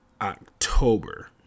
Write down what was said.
October